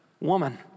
woman